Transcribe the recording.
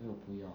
因为我不用